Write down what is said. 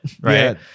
right